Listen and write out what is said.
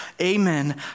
Amen